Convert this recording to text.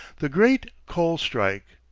the great coal strike.